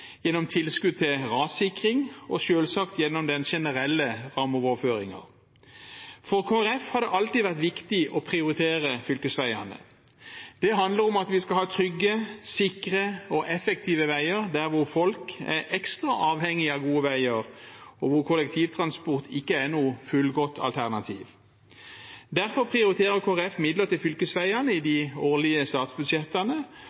gjennom tilskudd til rassikring og selvsagt gjennom den generelle rammeoverføringen. For Kristelig Folkeparti har det alltid vært viktig å prioritere fylkesveiene. Det handler om at vi skal ha trygge, sikre og effektive veier der hvor folk er ekstra avhengig av gode veier, og der kollektivtransport ikke er noe fullgodt alternativ. Derfor prioriterer Kristelig Folkeparti midler til fylkesveiene i